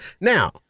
Now